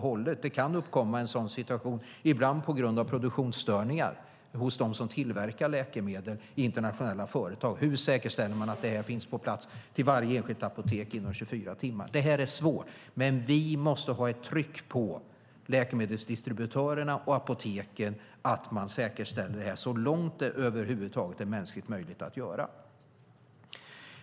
Det kan uppkomma en sådan situation, ibland på grund av produktionsstörningar hos dem som tillverkar läkemedel i internationella företag. Hur säkerställer man att det här finns på plats på varje enskilt apotek inom 24 timmar? Det här är svårt, men vi måste ha ett tryck på läkemedelsdistributörerna och på apoteken att man säkerställer det här så långt det över huvud taget är mänskligt möjligt.